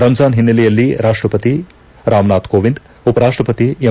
ರಂಜ಼ಾನ್ ಹಿನ್ನೆಲೆಯಲ್ಲಿ ರಾಷ್ಟ್ರಪತಿ ರಾಮನಾಥ್ ಕೋವಿಂದ್ ಉಪರಾಷ್ಟ್ರಪತಿ ಎಂ